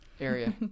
area